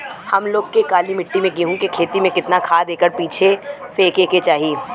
हम लोग के काली मिट्टी में गेहूँ के खेती में कितना खाद एकड़ पीछे फेके के चाही?